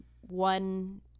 one